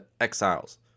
Exiles